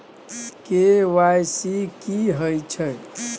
KYC की हय छै?